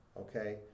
okay